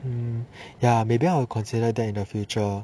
um ya maybe I will consider that in the future